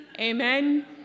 Amen